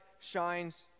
shines